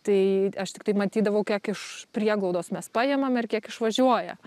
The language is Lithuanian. tai aš tiktai matydavau kiek iš prieglaudos mes paimam ir kiek išvažiuoja